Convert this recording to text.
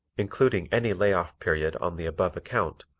including any lay-off period on the above account,